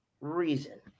reason